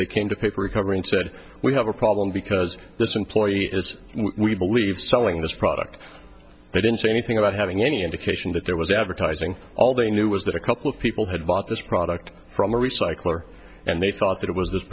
they came to paper recovering said we have a problem because this employee is we believe selling this product they didn't say anything about having any indication that there was advertising all they knew was that a couple of people had bought this product from a recycler and they thought that it was this